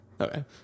Okay